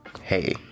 hey